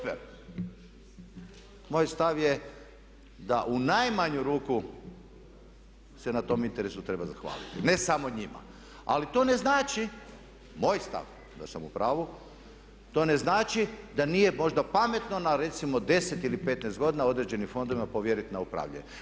Super, moj stav je da u najmanju ruku se na tom interesu treba zahvaliti ne samo njima, ali to ne znači, moj stav da sam u pravu, to ne znači da nije možda pametno na recimo 10 ili 15 godina određenim fondovima povjeriti na upravljanje.